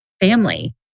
family